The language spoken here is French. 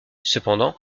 cependant